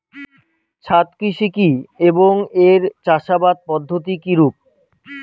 ছাদ কৃষি কী এবং এর চাষাবাদ পদ্ধতি কিরূপ?